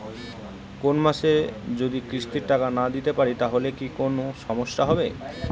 কোনমাসে যদি কিস্তির টাকা না দিতে পারি তাহলে কি কোন সমস্যা হবে?